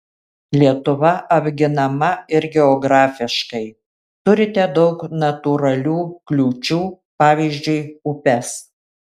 lietuva apginama ir geografiškai turite daug natūralių kliūčių pavyzdžiui upes